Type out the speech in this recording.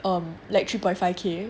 err like three point five K